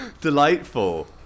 delightful